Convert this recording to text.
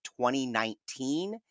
2019